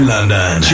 London